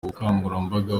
bukangurambaga